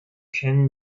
kinn